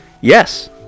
Yes